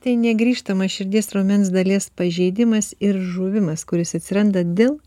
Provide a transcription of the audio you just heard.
tai negrįžtamas širdies raumens dalies pažeidimas ir žuvimas kuris atsiranda dėl